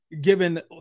Given